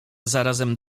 zarazem